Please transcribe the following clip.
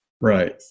Right